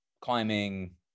climbing